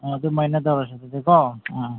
ꯑꯥ ꯑꯗꯨꯃꯥꯏꯅ ꯇꯧꯔꯁꯦ ꯑꯗꯨꯗꯤꯀꯣ ꯑꯥ ꯑꯥ